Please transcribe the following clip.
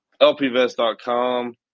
lpvest.com